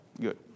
good